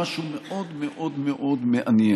במשהו מאוד מאוד מאוד מעניין,